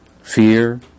fear